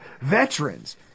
veterans